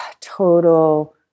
total